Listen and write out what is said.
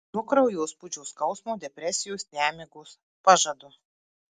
nuo kraujospūdžio skausmo depresijos nemigos pažadu